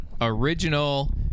original